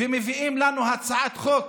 ומביאים לנו הצעת חוק